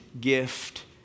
gift